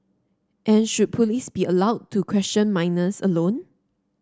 and should police be allowed to question minors alone